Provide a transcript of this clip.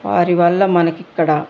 వారి వల్ల మనకు ఇక్కడ